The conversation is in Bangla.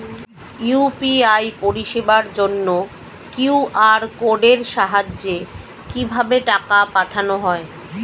ইউ.পি.আই পরিষেবার জন্য কিউ.আর কোডের সাহায্যে কিভাবে টাকা পাঠানো হয়?